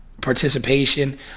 participation